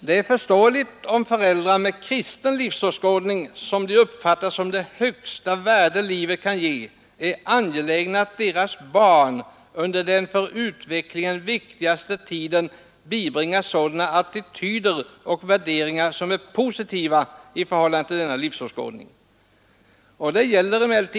Det är förståeligt om föräldrar med kristen livsåskådning, som de uppfattar som det högsta värde livet kan ge, är angelägna att deras barn under den för utvecklingen viktigaste tiden bibringas attityder och värderingar som är positiva i förhållande till denna livsåskådning.